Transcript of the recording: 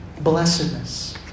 blessedness